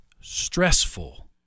stressful